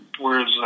whereas